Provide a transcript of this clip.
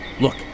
Look